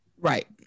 Right